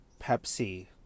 Pepsi